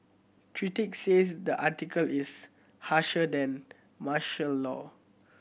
critics says the article is harsher than martial law